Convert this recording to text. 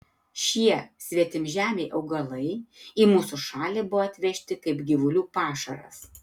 šie svetimžemiai augalai į mūsų šalį buvo atvežti kaip gyvulių pašaras